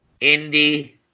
Indy